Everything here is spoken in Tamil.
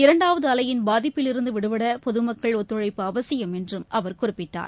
இரண்டாவதுஅலையின் பாதிப்பில் இருந்துவிடுபடபொதுமக்கள் ஒத்துழைப்பு அவசியம் என்றும் அவர் குறிப்பிட்டார்